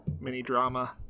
mini-drama